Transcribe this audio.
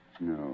No